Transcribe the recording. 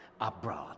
abroad